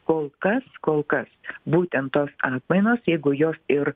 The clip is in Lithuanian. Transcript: kol kas kol kas būtent tos atmainos jeigu jos ir